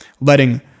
letting